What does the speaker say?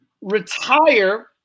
retire